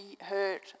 hurt